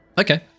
Okay